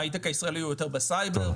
הוא יותר בסייבר,